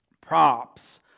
props